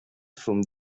from